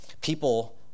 People